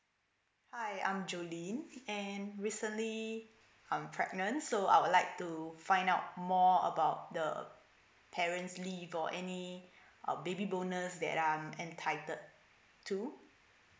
hi I'm jolene and recently I'm pregnant so I would like to find out more about the parents leave or any uh baby bonus that I'm entitled to